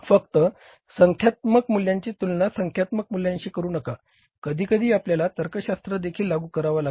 फक्त संख्यात्मक मूल्यांची तुलना संख्यात्मक मूल्यांशी करू नका कधीकधी आपल्याला तर्कशास्त्र देखील लागू करावे लागेल